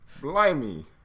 Blimey